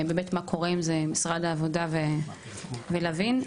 עם משרד העבודה ולהבין.